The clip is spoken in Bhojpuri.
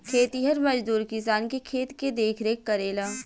खेतिहर मजदूर किसान के खेत के देखरेख करेला